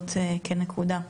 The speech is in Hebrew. לעלות כנקודה.